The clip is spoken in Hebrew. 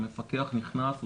המפקח נכנס,